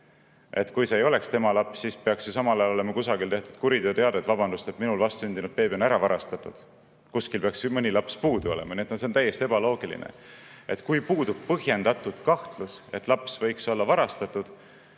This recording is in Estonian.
on? Kui see ei oleks tema laps, siis peaks samal ajal olema kusagil tehtud kuriteoteade: vabandust, minu vastsündinud beebi on ära varastatud. Kuskil peaks siis ju mõni laps puudu olema. Nii et see on täiesti ebaloogiline. Kui puudub põhjendatud kahtlus, et laps võiks olla varastatud,